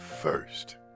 first